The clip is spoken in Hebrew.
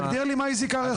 תגדיר לי מהי זיקה רחוקה.